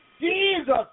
Jesus